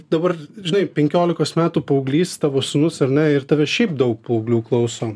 dabar žinai penkiolikos metų paauglys tavo sūnus ar ne ir tave šiaip daug paauglių klauso